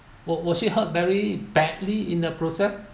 was was she hurt very badly in the process